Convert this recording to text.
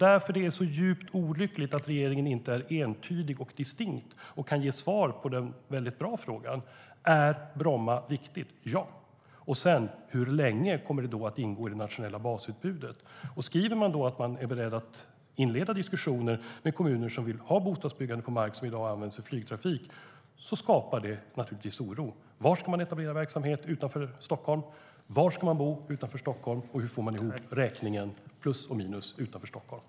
Därför är det djupt olyckligt att regeringen inte är entydig och distinkt och kan ge svar på den bra frågan om Bromma är viktigt eller inte eller hur länge det kommer att ingå i det nationella basutbudet.